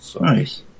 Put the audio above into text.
Nice